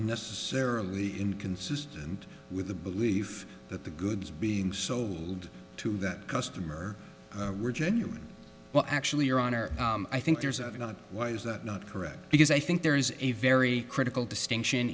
necessarily inconsistent with the belief that the goods being sold to that customer were genuine well actually your honor i think there's a lot why is that not correct because i think there is a very critical distinction